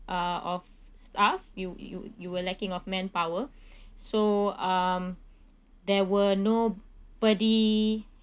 uh of staff you you you were lacking of manpower so um there were nobody